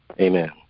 Amen